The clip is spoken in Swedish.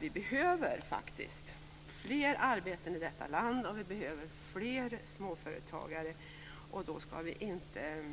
Vi behöver faktiskt fler arbetstillfällen i detta land och fler småföretagare, och då skall vi inte